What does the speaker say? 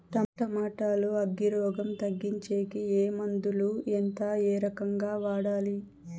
Tomato లో అగ్గి రోగం తగ్గించేకి ఏ మందులు? ఎంత? ఏ రకంగా వాడాలి?